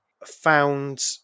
Found